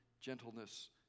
gentleness